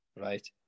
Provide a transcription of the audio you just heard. Right